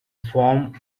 forms